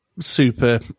super